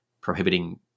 prohibiting